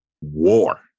war